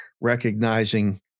recognizing